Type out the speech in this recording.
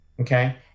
Okay